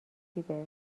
فیبز